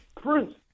Prince